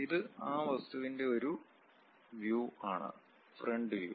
ഇത് ആ വസ്തുവിന്റെ ഒരു വ്യൂ ആണ് ഫ്രണ്ട് വ്യൂ